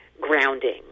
grounding